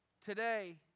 today